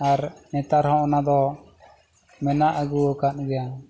ᱟᱨ ᱱᱮᱛᱟᱨ ᱦᱚᱸ ᱚᱱᱟ ᱫᱚ ᱢᱮᱱᱟᱜ ᱟᱹᱜᱩᱣ ᱟᱠᱟᱫ ᱜᱮᱭᱟ